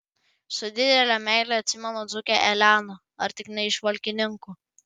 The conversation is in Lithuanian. su didele meile atsimenu dzūkę eleną ar tik ne iš valkininkų